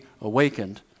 awakened